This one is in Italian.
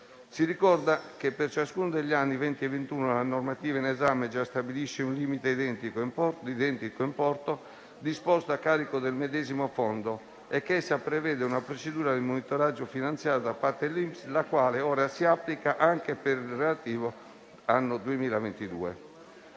Si ricorda che, per ciascuno degli anni 2020 e 2021, la normativa in esame già stabilisce un limite di identico importo disposto a carico del medesimo fondo e che essa prevede una procedura di monitoraggio finanziario da parte dell'INPS, la quale ora si applica anche per il limite relativo all'anno 2022.